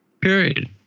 period